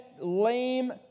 lame